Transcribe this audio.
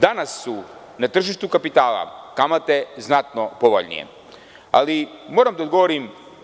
Danas su na tržištu kapitala kamate znatno povoljnije, ali moram da odgovorim.